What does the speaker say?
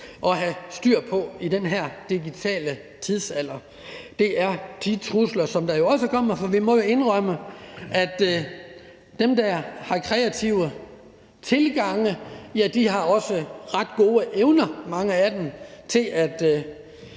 at have styr på i den her digitale tidsalder. Det er de trusler, som også kommer, for vi må jo indrømme, at mange af dem, der har en kreativ tilgang, også har ret gode evner til det, som